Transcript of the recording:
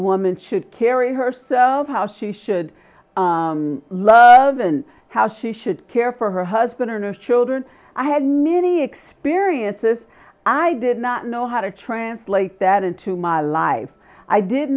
woman should carry herself how she should love and how she should care for her husband or no children i had many experiences i did not know how to translate that into my life i did